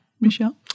Michelle